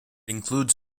includes